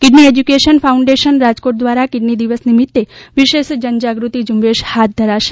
kidney education foundation Rajkot દ્વારા kidney દિવસ નિમિતે વિશેષ જન જાગૃતિ ઝંબેશ હાથ ધરાશે